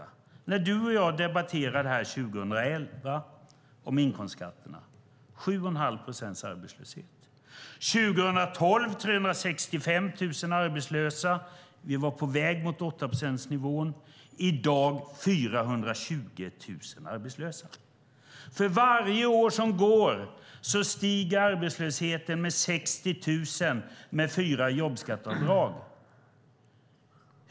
När Fredrik Schulte och jag debatterade inkomstskatterna 2011 hade vi 7 1⁄2 procents arbetslöshet. 2012 var 365 000 arbetslösa, vi var på väg mot 8-procentsnivån. I dag är 420 000 arbetslösa. För varje år som gått har arbetslösheten stigit med 60 000, detta med fyra jobbskatteavdrag.